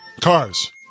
Cars